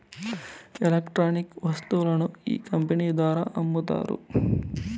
electronic వస్తువులను ఈ company ద్వారా అమ్ముతారు